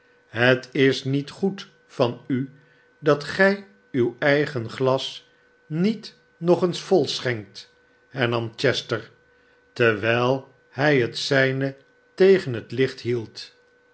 het is niet goed van u dat gij uw eigen glas niet nog eens volschenkt hernam chester terwijl hij het zijne tegen het licht hield